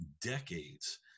decades